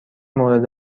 مورد